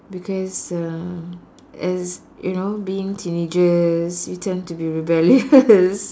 because uh as you know being teenagers you tend to be rebellious